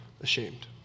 ashamed